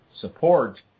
support